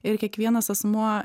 ir kiekvienas asmuo